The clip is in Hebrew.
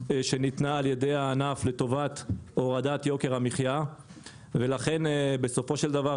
שניתנה על ידי הענף לטובת הורדת יוקר המחיה ולכן בסופו של דבר,